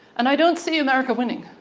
and i don't see america winning.